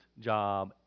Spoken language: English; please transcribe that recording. job